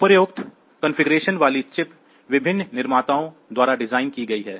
उपरोक्त कॉन्फ़िगरेशन वाली चिप विभिन्न निर्माताओं द्वारा डिज़ाइन की गई है